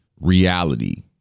reality